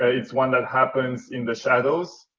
it's one that happens in the shadows,